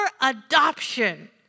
adoption